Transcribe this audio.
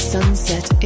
Sunset